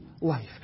life